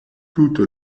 toute